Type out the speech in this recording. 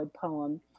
poem